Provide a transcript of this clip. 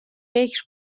فکر